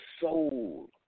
soul